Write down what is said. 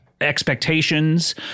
expectations